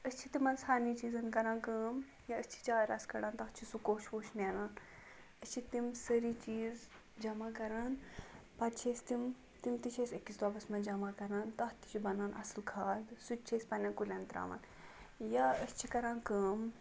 أسۍ چھِ تِمَن سارنی چیٖزَن کَران کٲم یا أسۍ چھِ چاے رَسہٕ کَڑان تَتھ چھِ سُہ کوٚش ووٚش نیران أسۍ چھِ تِم سٲری چیٖز جمع کَران پَتہٕ چھِ أسۍ تِم تِم تہِ چھِ أسۍ أکِس دۄبَس منٛز جمع کَران تَتھ تہِ چھُ بَنان اَصٕل کھاد سُہ تہِ چھِ أسۍ پنٛنٮ۪ن کُلٮ۪ن ترٛاوان یا أسۍ چھِ کَران کٲم